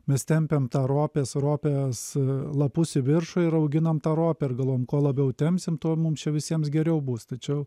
mes tempiam tą ropės ropės lapus į viršų ir auginam tą ropę ir galvojam kuo labiau tempsim tuo mums čia visiems geriau bus tačiau